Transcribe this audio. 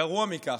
גרוע מזה,